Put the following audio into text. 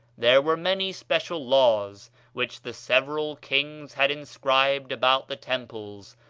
there were many special laws which the several kings had inscribed about the temples.